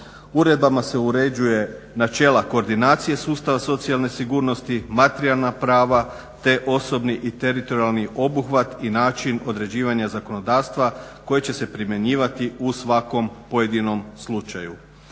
Uredbama se uređuje načela koordinacije sustava socijalne sigurnosti, materijalna prava te osobni i teritorijalni obuhvat i način određivanja zakonodavstva koje će se primjenjivati u svakom pojedinom slučaju.